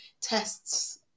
tests